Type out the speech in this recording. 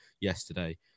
yesterday